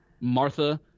Martha